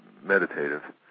meditative